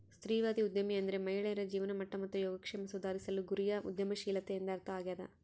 ಸ್ತ್ರೀವಾದಿ ಉದ್ಯಮಿ ಅಂದ್ರೆ ಮಹಿಳೆಯರ ಜೀವನಮಟ್ಟ ಮತ್ತು ಯೋಗಕ್ಷೇಮ ಸುಧಾರಿಸುವ ಗುರಿಯ ಉದ್ಯಮಶೀಲತೆ ಎಂದರ್ಥ ಆಗ್ಯಾದ